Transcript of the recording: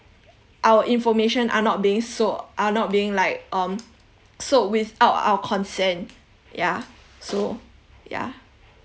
our information are not being sold are not being like um sold without our consent ya so ya